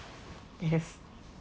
they have